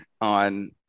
on